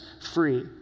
free